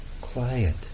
quiet